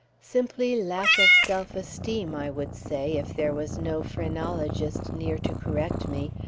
simply lack of self-esteem i would say if there was no phrenologist near to correct me,